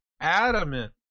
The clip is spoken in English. adamant